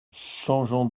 changeant